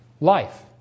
life